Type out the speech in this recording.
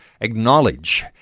acknowledge